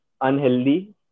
unhealthy